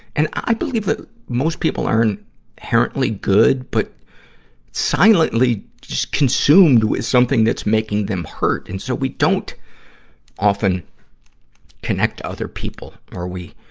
and i believe that most people are inherently good, but silently just consumed with something that's making them hurt. and, so we don't often connect to other people. or, we